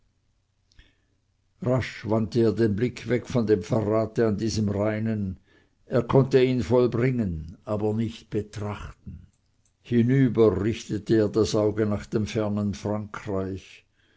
er den blick weg von dem verrate an diesem reinen er konnte ihn vollbringen aber nicht betrachten hinüber richtete er das auge nach dem fernen frankreich